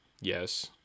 Yes